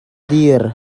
dir